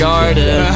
Garden